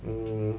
um